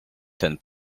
ten